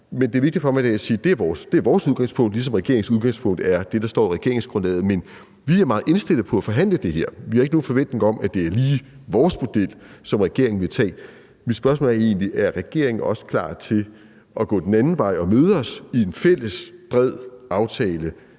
Men det er vigtigt for mig i dag at sige, at det er vores udgangspunkt, ligesom regeringens udgangspunkt er det, der står i regeringsgrundlaget. Men vi er meget indstillet på at forhandle det her; vi har ikke nogen forventning om, at det lige er vores model, som regeringen vil tage. Mit spørgsmål er egentlig: Er regeringen også klar til at gå den anden vej og møde os i en fælles, bred aftale,